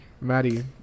Maddie